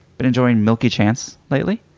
been enjoying milky chance lately.